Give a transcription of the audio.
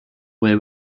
way